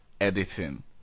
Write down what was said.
editing